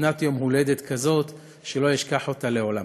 מתנת יום הולדת כזאת לא אשכח אותה לעולם.